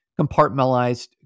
compartmentalized